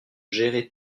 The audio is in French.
gérer